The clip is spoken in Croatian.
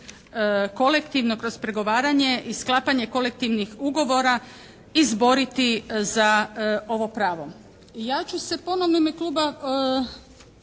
kolektivno kroz pregovaranje i sklapanje kolektivnih ugovora izboriti za ovo pravo.